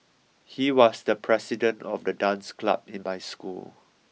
he was the president of the dance club in my school